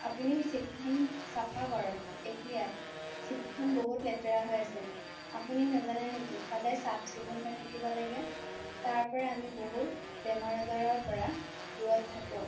আপুনিও ছিটখন চাফা কৰক এতিয়াই ছিটখন বহুত লেতেৰা হৈ আছে আপুনি নাজানে নেকি সদায় চাফ চিকুণ হৈ থাকিব লাগে তাৰপৰা আমি বহুত বেমাৰ আজাৰৰ পৰা দূৰত থাকোঁ